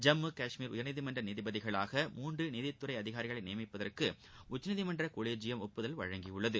ஜம்மு காஷ்மீர் உயர்நீதிமன்ற நீதிபதிகளாக மூன்று நீதித்துறை அதிகாரிகளை நியமிப்பதற்கு உச்சநீதிமன்ற கொலீஜியம் ஒப்புதல் அளித்துள்ளது